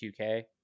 2k